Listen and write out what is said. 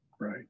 Right